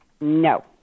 No